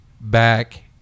back